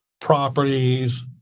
properties